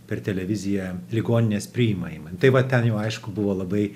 per televiziją ligoninės priimąjį tai va ten jau aišku buvo labai